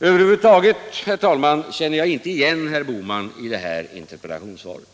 Över huvud taget, herr talman, känner jag inte igen herr Bohman i det här interpellationssvaret.